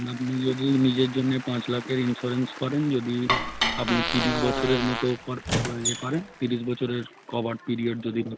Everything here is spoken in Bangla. আপনি যদি নিজের জন্যে পাঁচ লাখের ইন্সুরেন্স করেন যদি আপনি তিরিশ বছরের মতো কর ওই এ করেন তিরিশ বছরের কভার পিরিয়েড যদি